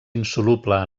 insoluble